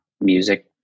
music